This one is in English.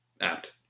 apt